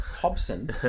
Hobson